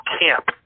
camp